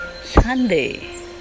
Sunday